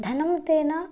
धनं तेन